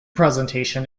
presentation